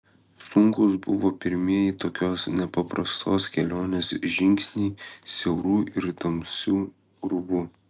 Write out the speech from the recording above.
sunkūs buvo pirmieji tokios nepaprastos kelionės žingsniai siauru ir tamsiu urvu